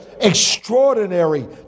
extraordinary